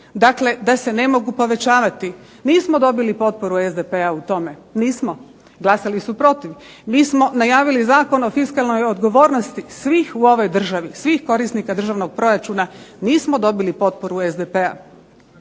dakle da se ne mogu povećavati. Nismo dobili potporu SDP-a u tome, nismo, glasali su protiv. Mi smo najavili Zakon o fiskalnoj odgovornosti svih u ovoj državi, svih korisnika državnog proračuna. Nismo dobili potporu SDP-a.